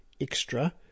extra